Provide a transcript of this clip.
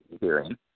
hearing